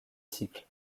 cycle